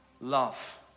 love